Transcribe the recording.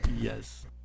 yes